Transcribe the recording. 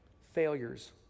failures